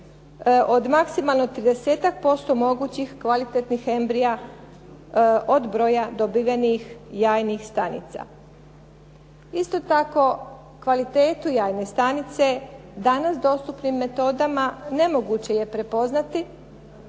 tridesetak posto mogućih kvalitetnih embrija od broja dobivenih jajnih stanica. Isto tako kvalitetu jajne stanice danas dostupnim metodama nemoguće je prepoznati,